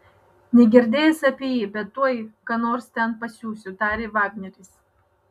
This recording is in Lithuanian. negirdėjęs apie jį bet tuoj ką nors ten pasiųsiu tarė vagneris